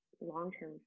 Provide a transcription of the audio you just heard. long-term